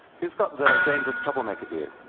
who's got the dangerous troublemaker view?